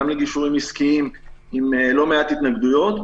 גם לגישורים עסקיים עם לא מעט התנגדויות,